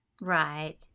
Right